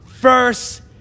first